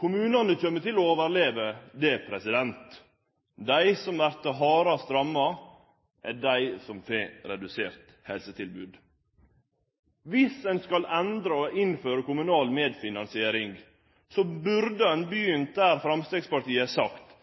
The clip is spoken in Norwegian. Kommunane kjem til å overleve det. Dei som vert hardast ramma, er dei som får redusert helsetilbod. Viss ein skal endre og innføre kommunal medfinansiering, burde ein begynt der Framstegspartiet har sagt,